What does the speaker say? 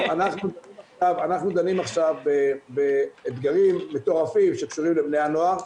אנחנו דנים עכשיו באתגרים מטורפים שקשורים לבני הנוער,